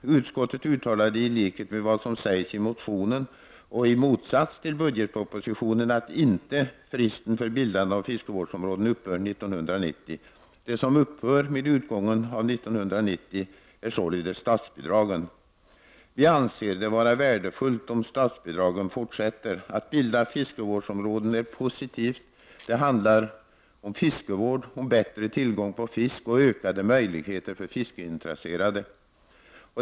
Utskottet uttalar, i likhet med vad som sägs i motionen och i motsats till budgetpropositionen, att fristen för bildande av fiskevårdsområden inte upphör 1990. Det som upphör med utgången av 1990 är således statsbidragen. Vi anser det vara värdefullt om statsbidragen fortsätter. Att bilda fiskevårdsområden är positivt. Det hela handlar om fiskevård, om bättre tillgång på fisk och ökade möjligheter för fiskeintresserade.